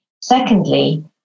Secondly